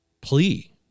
plea